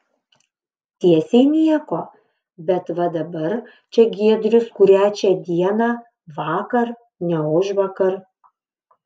tiesiai nieko bet va dabar čia giedrius kurią čia dieną vakar ne užvakar